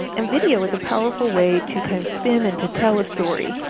and and video is a powerful way to kind of spin and to tell a story.